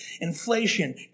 Inflation